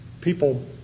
People